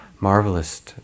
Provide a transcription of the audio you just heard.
marvelous